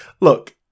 Look